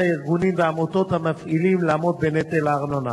הארגונים והעמותות המפעילים לעמוד בנטל הארנונה.